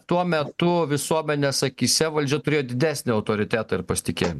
tuo metu visuomenės akyse valdžia turėjo didesnį autoritetą ir pasitikėjimą